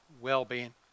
well-being